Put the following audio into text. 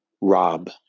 rob